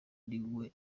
yiriwe